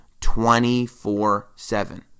24-7